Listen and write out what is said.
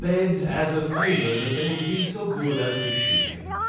begged as a favour that they would be so good as to shoot him.